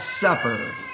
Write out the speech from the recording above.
Supper